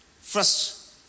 First